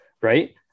right